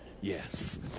Yes